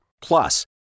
Plus